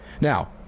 Now